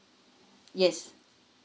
yes